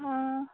आं